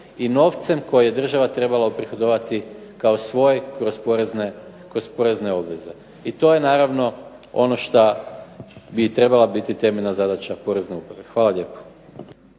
i novcem koji je država trebala uprihodovati kao svoj kroz porezne obveze. I to je naravno ono što bi i trebala biti temeljna zadaća porezne uprave. Hvala lijepo.